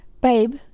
babe